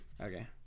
Okay